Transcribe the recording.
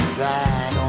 drag